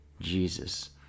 Jesus